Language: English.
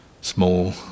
small